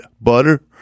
butter